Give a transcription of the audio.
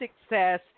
success